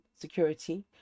security